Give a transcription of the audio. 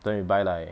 then we buy like